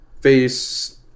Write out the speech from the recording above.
face